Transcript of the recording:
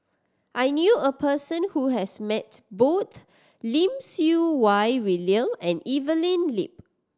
I knew a person who has met both Lim Siew Wai William and Evelyn Lip